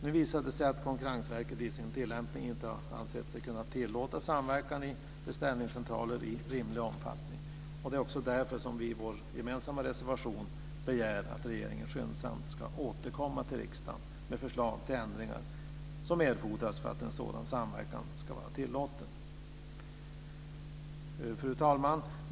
Nu visar det sig att Konkurrensverket i sin tilllämpningen inte har ansett sig kunna tillåta samverkan i beställningscentraler i rimlig omfattning. Det är också därför som vi i vår gemensamma reservation begär att regeringen skyndsamt ska återkomma till riksdagen med förslag till de ändringar som erfordras för att en sådan samverkan ska vara tillåten. Fru talman!